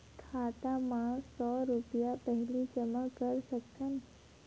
खाता मा सौ रुपिया पहिली जमा कर सकथन?